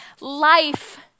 life